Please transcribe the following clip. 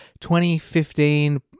2015